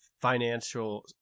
financial